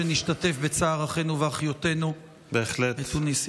שנשתתף בצער אחינו ואחיותינו בתוניסיה.